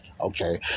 okay